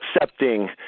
accepting